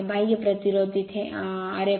बाह्य प्रतिरोध तिथे आहे Rf